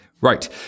Right